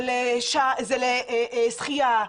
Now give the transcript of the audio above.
זה לשחייה,